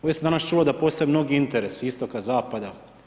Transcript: Ovdje sam danas čuo da postoje mnogi interesi istoka, zapada.